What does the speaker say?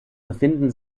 befinden